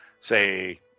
say